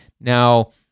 Now